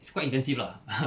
it's quite intensive lah ah ha